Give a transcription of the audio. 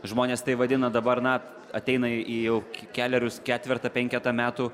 žmonės tai vadina dabar na ateina į jau kelerius ketvertą penketą metų